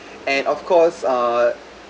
and of course uh